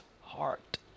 heart